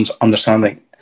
understanding